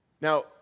Now